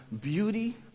beauty